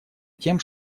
тем